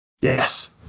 Yes